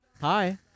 Hi